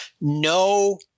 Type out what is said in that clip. no